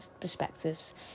perspectives